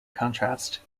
contrast